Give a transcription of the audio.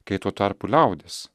kai tuo tarpu liaudis